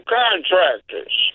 contractors